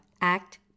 act